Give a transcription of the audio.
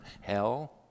hell